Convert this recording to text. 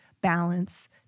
balance